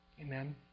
Amen